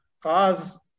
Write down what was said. cause